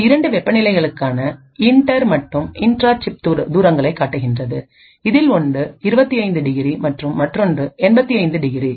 இது இரண்டு வெப்பநிலைகளுக்கான இன்டர் மற்றும் இன்ட்ரா சிப் தூரங்களைக் காட்டுகிறது இதில் ஒன்று 25 ° டிகிரி மற்றும் மற்றொன்று 85 ° டிகிரி